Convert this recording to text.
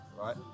right